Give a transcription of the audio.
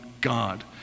God